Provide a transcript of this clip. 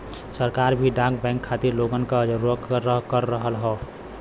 सरकार भी डाक बैंक खातिर लोगन क जागरूक कर रहल हौ